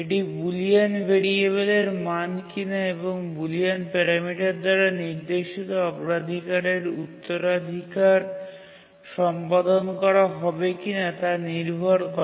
এটি বুলিয়ান ভেরিয়েবলের মান কিনা এবং বুলিয়ান প্যারামিটার দ্বারা নির্দেশিত অগ্রাধিকারের উত্তরাধিকার সম্পাদন করা হবে কিনা তা নির্ভর করে